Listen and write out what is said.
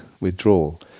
withdrawal